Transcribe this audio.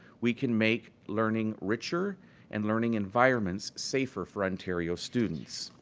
we can make learning richer and learning environments safer for ontario students.